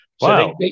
wow